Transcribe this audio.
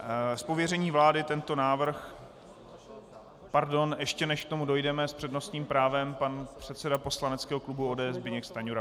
Z pověření vlády tento návrh pardon, ještě než k tomu dojdeme, s přednostním právem pan předseda poslaneckého klubu ODS Zbyněk Stanjura.